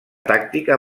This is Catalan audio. tàctica